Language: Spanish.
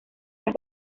las